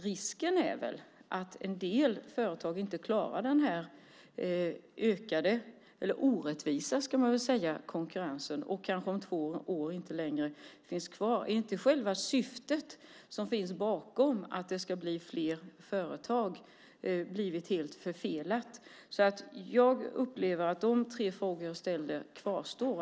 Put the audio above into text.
Risken är att en del företag inte klarar den orättvisa konkurrensen. De kanske inte finns kvar om två år. Har inte själva syftet bakom det hela - att det ska bli fler företag - blivit helt förfelat? Jag upplever att de tre frågor jag ställde kvarstår.